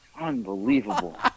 Unbelievable